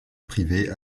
privée